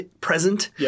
present